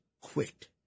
quit